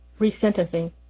resentencing